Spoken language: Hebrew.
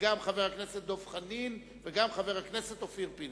וגם חבר הכנסת דב חנין וחבר הכנסת אופיר פינס.